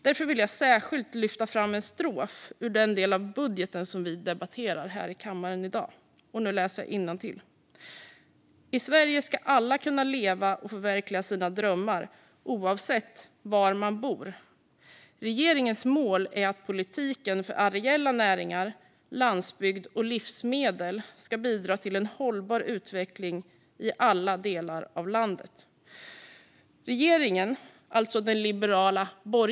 Därför vill jag särskilt lyfta fram en strof ur den del av budgeten som vi debatterar här i kammaren i dag: "I Sverige ska alla kunna leva och förverkliga sina drömmar, oavsett var man bor. Regeringens mål är att politiken för areella näringar, landsbygd och livsmedel ska bidra till en hållbar utveckling i alla delar av landet.